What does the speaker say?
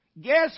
Guess